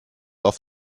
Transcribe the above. auf